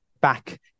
back